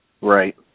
Right